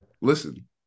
listen